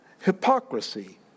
hypocrisy